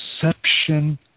perception